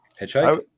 Hitchhike